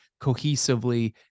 cohesively